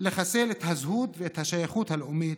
לחסל את הזהות ואת השייכות הלאומית,